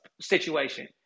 situation